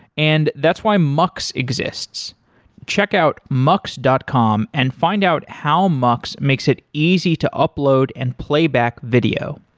and that's why mux exists check out mux dot com and find out how mux makes it easy to upload and playback video.